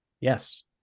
Yes